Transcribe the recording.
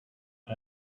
off